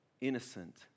innocent